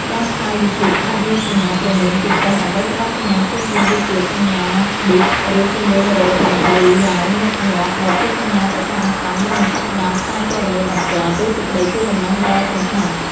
ការផ្សាយវិទ្យុអាចមានសញ្ញាព្រមានពិសេសដើម្បីផ្តល់សញ្ញាភ្លាមៗដូចជា សញ្ញា ប៊ីប ឬសំឡេងរោទិ៍បន្លឺឡើងញឹកញាប់ ដែលជាសញ្ញាប្រកាសអាសន្នមុននឹងចាប់ផ្តើមផ្សាយព័ត៌មានបន្ទាន់ ឬសេចក្តីជូនដំណឹងដ៏សំខាន់។